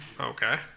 Okay